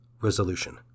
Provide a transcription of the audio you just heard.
Resolution